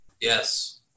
Yes